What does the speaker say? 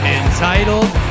entitled